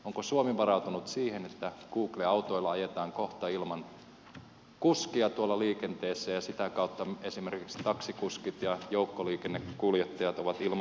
onko suomi varautunut siihen että google autoilla ajetaan kohta ilman kuskia tuolla liikenteessä ja sitä kautta esimerkiksi taksikuskit ja joukkoliikennekuljettajat ovat ilman töitä